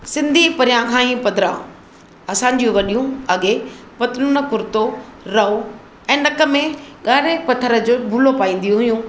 सिंधी परियां खां ई पधिरा असां जूं वॾियूं अॻे पतलून कुरितो रओ ऐं नक में ॻाढ़े पथर जो भुलो पाईंदियूं हुयूं